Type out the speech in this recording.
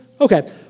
Okay